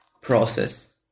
process